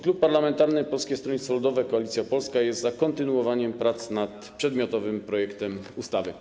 Klub Parlamentarny Polskie Stronnictwo Ludowe - Koalicja Polska jest za kontynuowaniem prac nad przedmiotowym projektem ustawy.